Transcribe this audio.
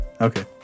Okay